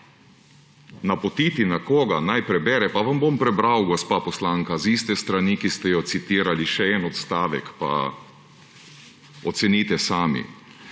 Napotiti nekoga naj prebere – pa vam bom prebral, gospa poslanka, z iste strani, kot ste jo citirali, še en odstavek pa ocenite sami: